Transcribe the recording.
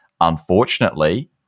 unfortunately